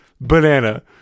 banana